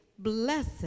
Blessed